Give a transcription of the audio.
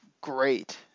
great